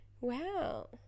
wow